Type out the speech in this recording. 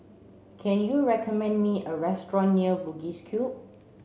can you recommend me a restaurant near Bugis Cube